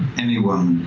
anyone,